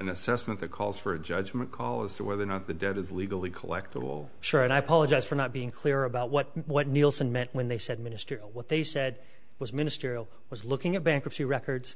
an assessment that calls for a judgment call as to whether or not the debt is legally collectable sure and i apologize for not being clear about what what nielson meant when they said minister what they said was ministerial was looking at bankruptcy records